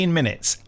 minutes